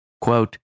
Quote